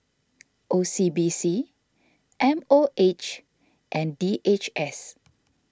O C B C M O H and D H S